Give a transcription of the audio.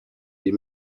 iyi